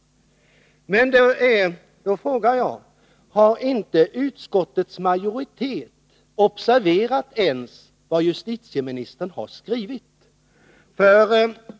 Då frågar jag: Har inte utskottets majoritet observerat ens vad justitieministern har skrivit?